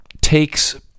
takes